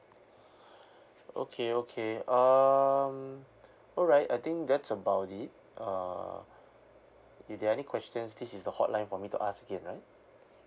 okay okay um all right I think that's about it err if there are any questions this is the hotline for me to ask again right